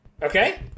Okay